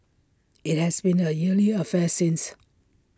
IT has been A yearly affair since